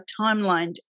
timelined